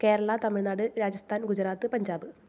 Kerala Tamil Nadu Rajasthan Gujarat Punjab